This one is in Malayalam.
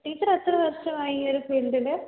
ടീച്ചർ എത്ര വർഷമായി ഈ ഒരു ഫീൽഡിൽ